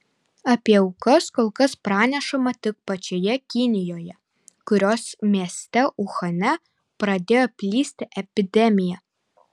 apie aukas kol kas pranešama tik pačioje kinijoje kurios mieste uhane pradėjo plisti epidemija